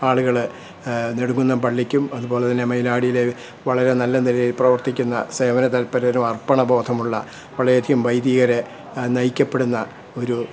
ആളുകൾ നെടുംകുന്നം പള്ളിക്കും അതുപോലെ തന്നെ മൈലാടിയിലേ വളരെ നല്ല നിലയിൽ പ്രവർത്തിക്കുന്ന സേവന തല്പരരും അർപ്പണബോധവുമുള്ള വളരെയധികം വൈദികർ നയിക്കപ്പെടുന്ന ഒരു